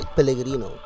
Pellegrino